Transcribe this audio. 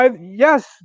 yes